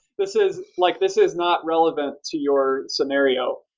this is like this is not relevant to your scenario.